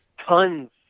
tons